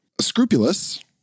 Scrupulous